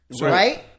Right